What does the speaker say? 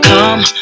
Come